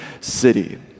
city